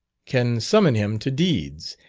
can summon him to deeds,